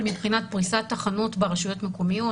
מבחינת פריסת תחנות ברשויות מקומיות,